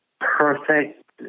perfect